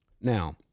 Now